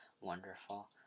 wonderful